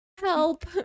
help